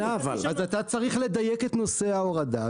צריך לדייק את נושא ההורדה,